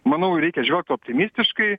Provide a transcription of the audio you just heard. manau reikia žvelgt optimistiškai